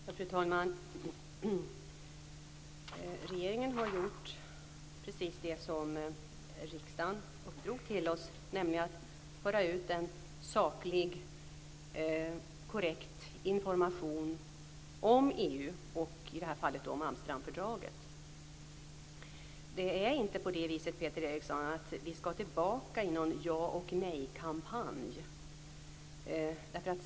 Fru talman! Regeringen har gjort precis det som riksdagen uppdrog till oss, nämligen att föra ut en saklig, korrekt information om EU och, i det här fallet, Amsterdamfördraget. Det är inte så, Peter Eriksson, att vi skall tillbaka till något slags ja-och-nej-kampanj.